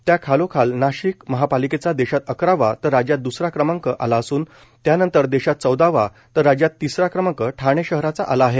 त्याखालोखाल नाशिक महापालिकेचा देशात अकरावा तर राज्यात दुसरा क्रमांक आला असून त्यानंतर देशात चौदावा तर राज्यात तिसरा क्रमांक ठाणे शहराचा आला आहे